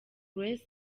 grace